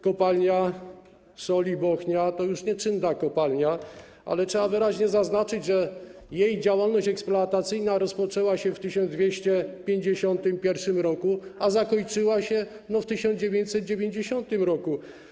Kopalnia Soli Bochnia to już nieczynna kopalnia, ale trzeba wyraźnie zaznaczyć, że jej działalność eksploatacyjna rozpoczęła się w 1251 r., a zakończyła w 1990 r.